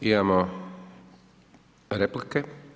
Imamo replike.